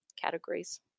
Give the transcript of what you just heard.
categories